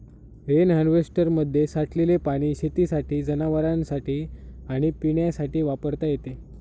rain हार्वेस्टरमध्ये साठलेले पाणी शेतीसाठी, जनावरांनासाठी आणि पिण्यासाठी वापरता येते